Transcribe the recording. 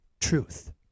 truth